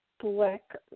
black